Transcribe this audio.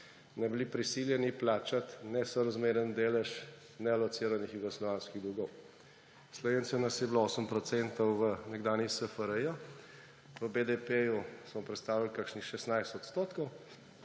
bi bili prisiljeni plačati nesorazmernega deleža nealocirani jugoslovanskih dolgov. Slovencev nas je bilo 8 % v nekdanji SFRJ, po BDP smo predstavljali kakšnih 16 % in v